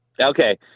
Okay